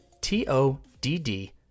T-O-D-D